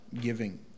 giving